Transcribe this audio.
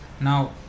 now